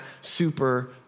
super